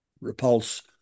Repulse